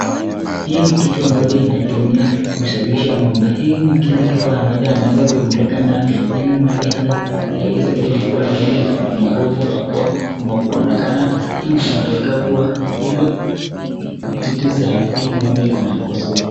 Hii ni kitu ambacho inatumia kusafisha ngombe. Hii ni kile kifaa ambacho ameweza kuimulika nayo ili ngombe hilo iweze kuwa na ile umaarufu wa kuwa ama kuonekana hiyo titi za hii ngombe iko na kasoro.